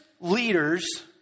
leaders